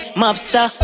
mobster